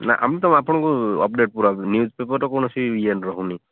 ନା ଆମେ ତ ଆପଣଙ୍କୁ ଅପଡ଼େଟ୍ ପୂରା ନ୍ୟୁଜ୍ ପେପରରେ କୌଣସି ଇଏ ରହୁନି